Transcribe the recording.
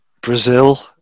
Brazil